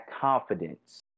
confidence